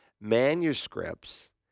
manuscripts